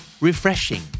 Refreshing